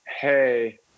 hey